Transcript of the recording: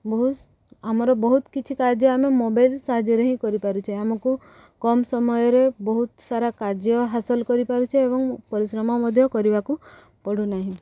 ବହୁ ଆମର ବହୁତ କିଛି କାର୍ଯ୍ୟ ଆମେ ମୋବାଇଲ୍ ସାହାଯ୍ୟରେ ହିଁ କରିପାରୁଛେ ଆମକୁ କମ ସମୟରେ ବହୁତସାରା କାର୍ଯ୍ୟ ହାସଲ କରିପାରୁଛେ ଏବଂ ପରିଶ୍ରମ ମଧ୍ୟ କରିବାକୁ ପଡ଼ୁନାହିଁ